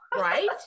Right